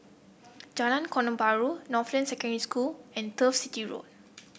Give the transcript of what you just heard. Jalan Korban Road Northland Secondary School and Turf City Road